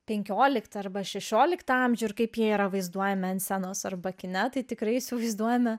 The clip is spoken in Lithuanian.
penkioliktą arba šešioliktą amžių ir kaip jie yra vaizduojami ant scenos arba kine tai tikrai įsivaizduojame